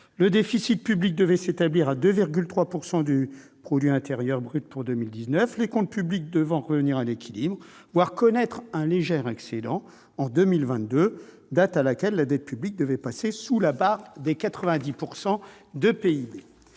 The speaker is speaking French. Le déficit public devait s'établir à 2,3 % du produit intérieur brut pour 2019, les comptes publics devant revenir à l'équilibre, voire connaître un léger excédent en 2022, date à laquelle la dette publique était censée passer sous la barre des 90 % du PIB.